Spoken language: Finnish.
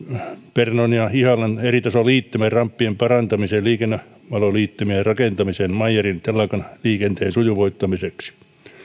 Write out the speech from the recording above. pernon ja ihalan eritasoliittymien ramppien parantamisen ja liikennevaloliittymien rakentamisen meyerin telakan liikenteen sujuvoittamiseksi